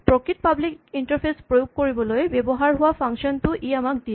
প্ৰকৃত public interface প্ৰয়োগ কৰিবলৈ ব্যৱহাৰ হোৱা ফাংচন টো ই আমাক দিয়ে